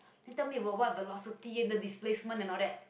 midterm velocity and the displacement and all that